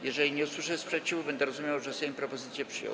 Jeżeli nie usłyszę sprzeciwu, będę rozumiał, że Sejm propozycję przyjął.